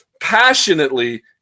passionately